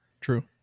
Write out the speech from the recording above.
true